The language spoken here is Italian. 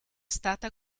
stata